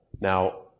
Now